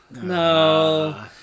no